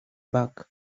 back